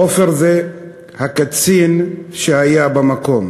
עופר זה הקצין שהיה במקום.